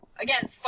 Again